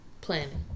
Planning